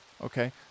okay